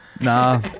Nah